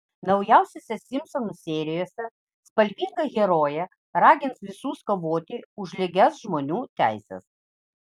naujausiose simpsonų serijose spalvinga herojė ragins visus kovoti už lygias žmonių teises